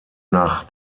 nach